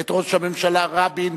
את ראש הממשלה רבין,